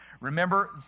Remember